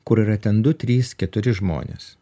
kur yra ten du trys keturi žmonės